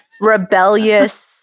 rebellious